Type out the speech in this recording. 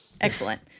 Excellent